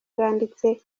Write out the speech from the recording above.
bwanditse